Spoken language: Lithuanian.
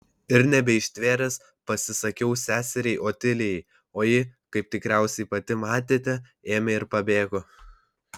ir nebeištvėręs pasisakiau seseriai otilijai o ji kaip tikriausiai pati matėte ėmė ir pabėgo